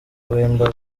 wemba